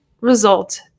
result